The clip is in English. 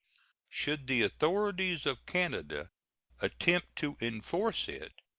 should the authorities of canada attempt to enforce it,